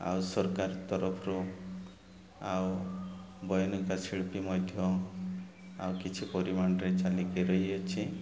ଆଉ ସରକାର ତରଫରୁ ଆଉ ବୟନିକା ଶିଳ୍ପୀ ମଧ୍ୟ ଆଉ କିଛି ପରିମାଣରେ ଚାଲିକି ରହିଅଛି